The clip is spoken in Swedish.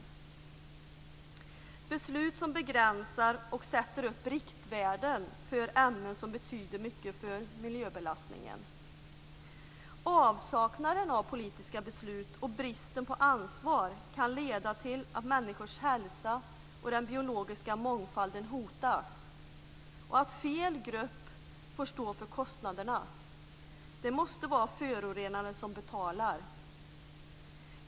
Vi måste fatta beslut som begränsar och sätter upp riktvärden för ämnen som betyder mycket för miljöbelastningen. Avsaknaden av politiska beslut och bristen på ansvar kan leda till att människors hälsa och den biologiska mångfalden hotas och att fel grupp får stå för kostnaderna. Det måste vara förorenaren som betalar.